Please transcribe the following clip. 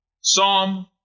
Psalm